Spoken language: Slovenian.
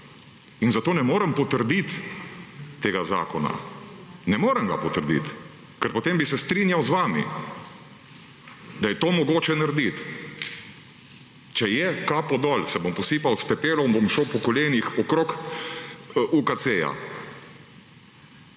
In zato ne morem potrditi tega zakona. Ne morem ga potrditi. Ker potem bi se strinjal z vami, da je to mogoče narediti. Če je, kapo dol, se bom posipal s pepelom, bom šel po kolenih okrog UKC-ja.